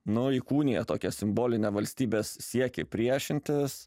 nu įkūnija tokią simbolinę valstybės siekį priešintis